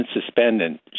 suspended